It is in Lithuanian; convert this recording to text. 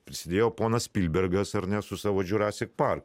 prisidėjo ponas spilbergas ar ne su savo jurassic park